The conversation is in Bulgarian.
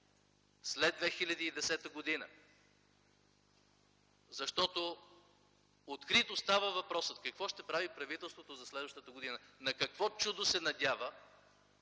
след 2010 г. Защото открит остава въпросът какво ще прави правителството за следващата година? На какво чудо се надява,